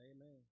Amen